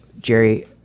Jerry